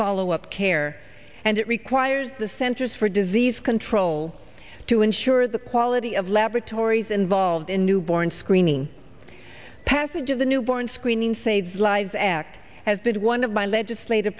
follow up care and it requires the centers for disease control to ensure the quality of laboratories involved in newborn screening passage of the newborn screening saves lives act has been one of my legislative